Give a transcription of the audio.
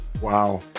Wow